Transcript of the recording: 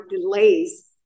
delays